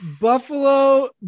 Buffalo